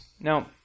Now